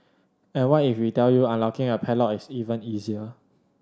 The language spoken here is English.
and what if we tell you unlocking a padlock is even easier